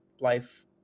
life